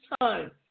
time